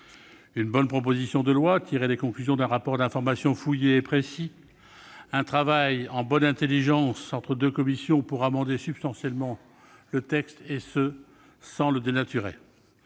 une bonne proposition de loi, tirée des conclusions d'un rapport d'information fouillé et précis, une réflexion menée en bonne intelligence entre deux commissions pour amender substantiellement le texte, et ce sans le dénaturer.